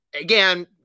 Again